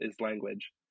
language